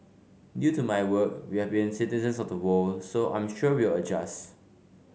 due to my work we have been citizens of the world so I'm sure we'll adjust